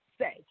say